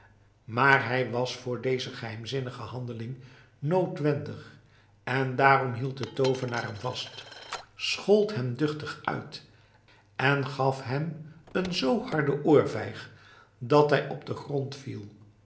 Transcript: maar hij was voor deze geheimzinnige handeling noodwendig en daarom hield de toovenaar hem vast schold hem duchtig uit en gaf hem een zoo harde oorvijg dat hij op den grond viel